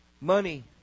Money